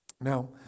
Now